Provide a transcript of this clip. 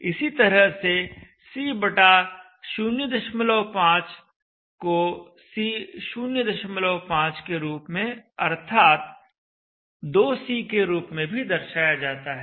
इसी तरह से C05 को C05 के रूप में अथवा 2C के रूप में भी दर्शाया जाता है